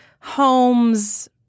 homes